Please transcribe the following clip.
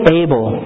able